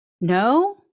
No